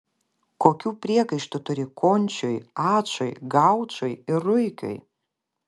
kokių priekaištų turi končiui ačui gaučui ir ruikiui